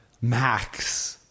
Max